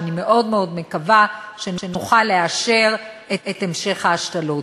ואני מאוד מאוד מקווה שנוכל לאשר את המשך ההשתלות.